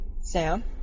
Sam